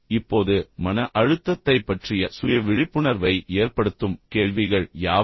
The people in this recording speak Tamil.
இப்போது மன அழுத்தத்தைப் பற்றிய சுய விழிப்புணர்வை ஏற்படுத்தும் கேள்விகள் யாவை